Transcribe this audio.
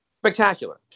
Spectacular